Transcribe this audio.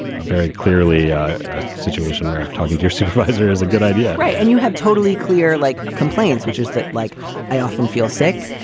a very clearly situation where talking to your supervisor is a good idea right. and you have totally clear like complaints, which is that like i often feel sick.